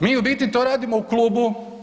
Mi u biti to radimo u klubu.